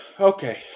Okay